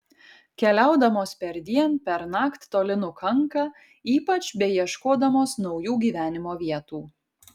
keliaudamos perdien pernakt toli nukanka ypač beieškodamos naujų gyvenimo vietų